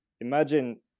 Imagine